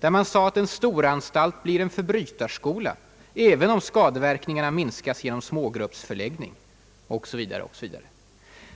Där sade man att »en storanstalt blir en förbrytarskola, även om skadeverkningarna minskas genom smågruppsförläggning». O. s. v.